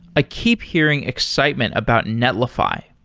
i keep hearing excitement about netlify.